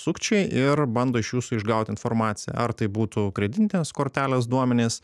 sukčiai ir bando iš jūsų išgaut informaciją ar tai būtų kredintės kortelės duomenys